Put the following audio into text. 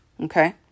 Okay